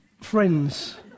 friends